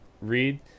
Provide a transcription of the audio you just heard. read